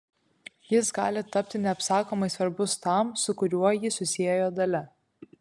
jis gali tapti neapsakomai svarbus tam su kuriuo jį susiejo dalia